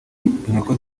inkoko